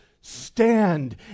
stand